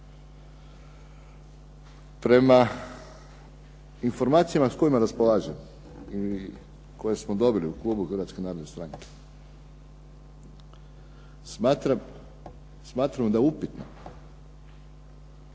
Prema informacijama s kojima raspolažem i koje smo dobili u klubu Hrvatske narodne